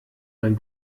beim